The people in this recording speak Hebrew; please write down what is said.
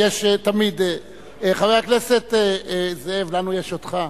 יש תמיד, חבר הכנסת זאב, לנו יש אותך.